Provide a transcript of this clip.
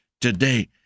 today